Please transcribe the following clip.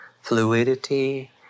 fluidity